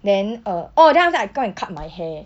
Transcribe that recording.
then uh oh then after that I go and cut my hair